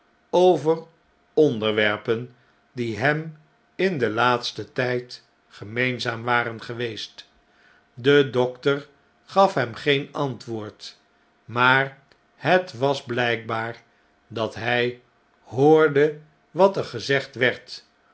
over onderwerpen die hem in denlaatstentyd gemeenzaam waren geweest de dokter gaf hem geen antwoord maar het was blijkbaar dat hy hoorde wat er gezegd werd